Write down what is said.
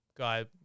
guy